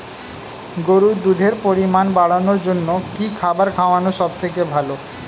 গরুর দুধের পরিমাণ বাড়ানোর জন্য কি খাবার খাওয়ানো সবথেকে ভালো?